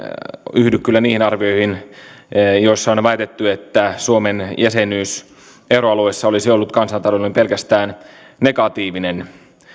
yhdy kyllä niihin arvioihin joissa on väitetty että suomen jäsenyys euroalueessa olisi ollut kansantaloudelle pelkästään negatiivinen